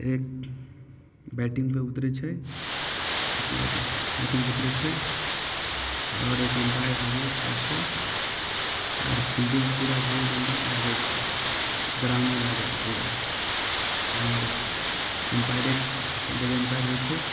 एक बैटिंग पे उतरै छै बैट लऽके बैटिंग पर उतरै छै आओर एक एम्पायर आगे होइ छै आओर फिल्डिंग पूरा गोल कऽके लागै छै ग्राउन्डमे लागै छै पूरा आओर एम्पायर एक लेग एम्पायर होइ छै